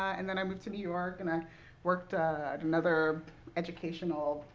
and then i moved to new york and i worked at another educational,